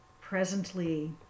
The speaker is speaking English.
Presently